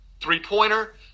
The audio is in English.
three-pointer